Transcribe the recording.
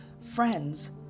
friends